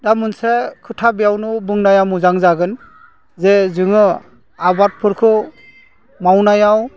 दा मोनसे खोथा बेयावनो बुंनाया मोजां जागोन जे जोङो आबादफोरखौ मावनायाव